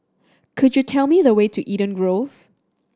could you tell me the way to Eden Grove